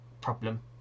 problem